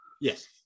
Yes